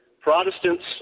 Protestants